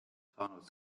saanud